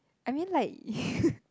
I mean like